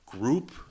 group